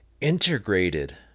integrated